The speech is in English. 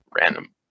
random